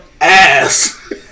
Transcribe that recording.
ass